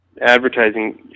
advertising